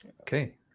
Okay